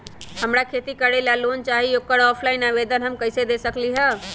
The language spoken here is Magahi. हमरा खेती करेला लोन चाहि ओकर ऑफलाइन आवेदन हम कईसे दे सकलि ह?